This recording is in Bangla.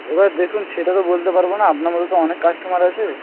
এবার দেখুন সেটা তো বলতে পারব না আপনার মতো তো অনেক কাস্টমার আছে